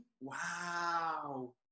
Wow